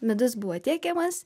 midus buvo tiekiamas